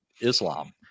Islam